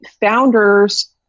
founders